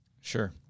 Sure